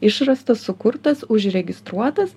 išrastas sukurtas užregistruotas